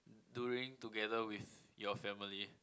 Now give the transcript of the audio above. doing together with your family